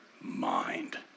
mind